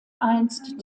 einst